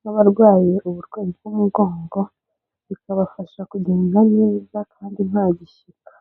nk'abarwaye uburwayi bw'umugongo, bikabafasha kugenda neza kandi nta gishyika.